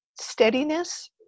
steadiness